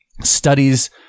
studies